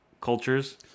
cultures